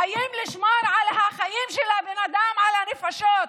חיים, לשמור על החיים של הבן אדם, על הנפשות.